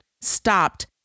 stopped